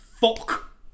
fuck